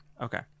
okay